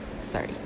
Sorry